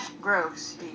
Gross